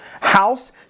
house